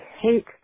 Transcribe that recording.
hate